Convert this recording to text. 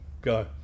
go